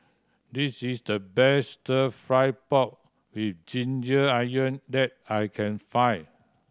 this is the best Stir Fry pork with ginger onion that I can find